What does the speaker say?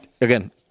again